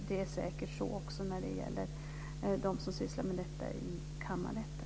Det är säkert så också med dem som sysslar med detta i kammarrätten.